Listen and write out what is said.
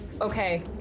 Okay